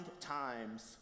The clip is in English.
times